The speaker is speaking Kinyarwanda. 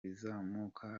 bizamuka